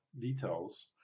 details